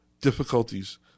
difficulties